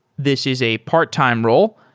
this is a part-time role,